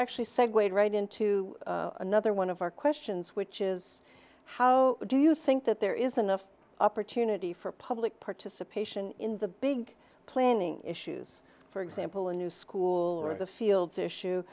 actually segue right into another one of our questions which is how do you think that there is enough opportunity for public participation in the big planning issues for example a new school or the fields issue